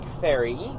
ferry